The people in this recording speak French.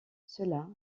cela